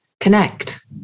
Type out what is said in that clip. connect